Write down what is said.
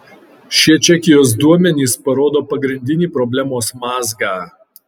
šie čekijos duomenys parodo pagrindinį problemos mazgą